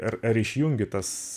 ar ar išjungi tas